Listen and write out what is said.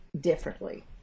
differently